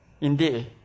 Indeed